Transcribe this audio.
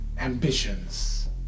ambitions